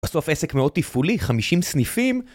בסוף עסק מאוד תפעולי, 50 סניפים